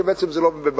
כי בעצם זה לא בבג"ץ,